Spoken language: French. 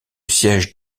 siège